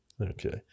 Okay